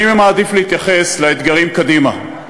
אני מעדיף להתייחס לאתגרים קדימה.